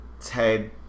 Ted